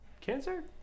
cancer